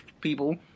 people